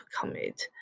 commit